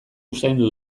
usaindu